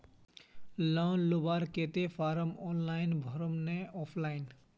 Loan लुबार केते form online भरुम ने ऑफलाइन?